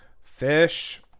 fish